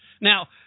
Now